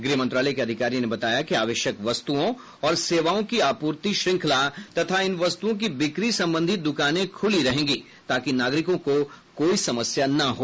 गृह मंत्रालय के अधिकारी ने बताया कि आवश्यक वस्तुओं और सेवाओं की आपूर्ति श्रृंखला तथा इन वस्तुओं की बिक्री संबंधी दुकाने खुली रहेंगी ताकि नागरिकों को कोई समस्या न हो